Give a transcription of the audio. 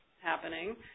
happening